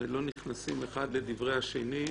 ולא נכנסים אחד לדברי השני.